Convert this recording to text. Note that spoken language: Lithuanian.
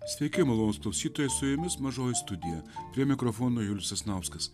sveiki malonūs klausytojai su jumis mažoji studija prie mikrofono julius sasnauskas